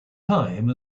time